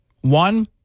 One